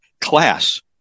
class